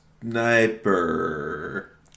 Sniper